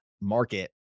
market